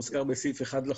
הוא מוזכר בסעיף 1 לחוק,